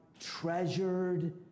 treasured